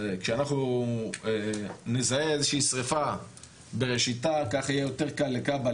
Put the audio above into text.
כשאנחנו נזהה איזו שהיא שריפה בראשיתה כך יהיה יותר קל לכב"ה